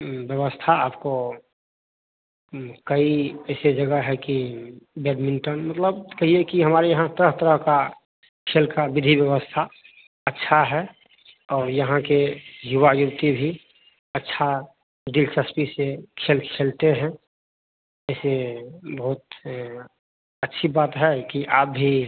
ब्यबस्था आपको कई ऐसे जगह है की बैडमिंटन मतलब कहिए की हमारे यहाँ तरह तरह का खेल का विधी व्यवस्था अच्छा है और यहाँ के युवा युवती भी अच्छा दिलचस्पी से खेल खेलते हैं जैसे बहुत अच्छी बात है की आप भी